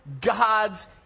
god's